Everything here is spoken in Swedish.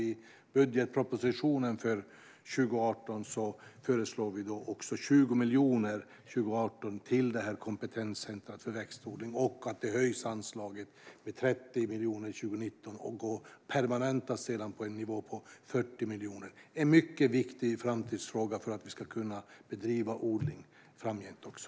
I budgetpropositionen för 2018 föreslår vi 20 miljoner till detta kompetenscentrum för växtförädling. Anslaget kommer att höjas med 30 miljoner 2019, och det permanentas sedan på en nivå på 40 miljoner. Detta är en mycket viktig framtidsfråga för att vi ska kunna bedriva odling framgent också.